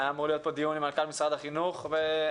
היה אמור להיות פה דיון עם מנכ"ל משרד החינוך והבוקר